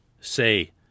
say